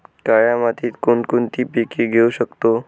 काळ्या मातीत कोणकोणती पिके घेऊ शकतो?